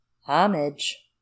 Homage